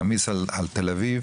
להעמיס על תל אביב,